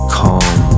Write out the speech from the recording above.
calm